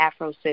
Afrocentric